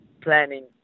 planning